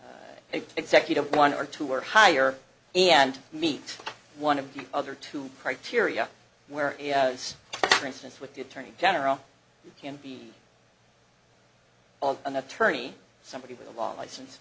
of executive one or two or higher and meet one of the other two criteria where as for instance with the attorney general you can be an attorney somebody with a long license